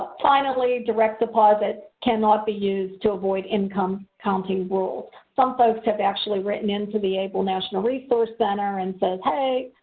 finally, direct deposit cannot be used to avoid income counting rules. some folks have actually written into the able national resource center and say, hey,